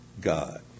God